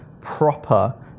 proper